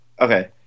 okay